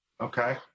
okay